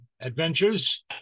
adventures